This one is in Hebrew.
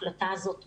ההחלטה הזאת עוברת,